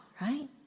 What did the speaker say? right